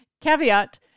Caveat